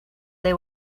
they